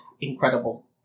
incredible